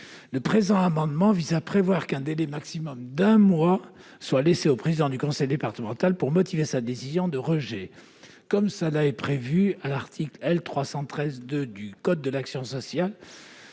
Le présent amendement vise à préciser qu'un délai maximum d'un mois est laissé au président du conseil départemental pour motiver sa décision de rejet, conformément aux dispositions de l'article L. 313-2 du code de l'action sociale